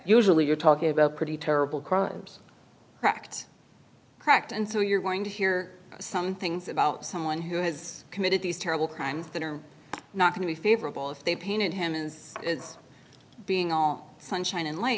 usually you're talking about pretty terrible crimes act correct and so you're going to hear some things about someone who has committed these terrible crimes that are not going to be favorable if they painted him as being all sunshine and l